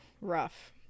Rough